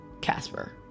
casper